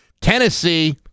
Tennessee